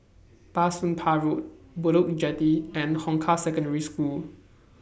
Bah Soon Pah Road Bedok Jetty and Hong Kah Secondary School